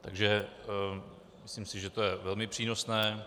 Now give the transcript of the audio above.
Takže myslím si, že to je velmi přínosné.